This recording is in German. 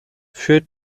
führt